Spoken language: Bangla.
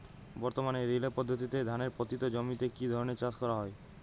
বর্তমানে রিলে পদ্ধতিতে ধানের পতিত জমিতে কী ধরনের চাষ করা হয়?